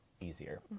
easier